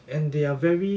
and they are very